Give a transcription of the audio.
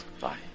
Bye